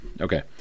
Okay